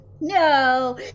No